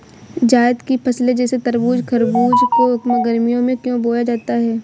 जायद की फसले जैसे तरबूज़ खरबूज को गर्मियों में क्यो बोया जाता है?